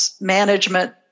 management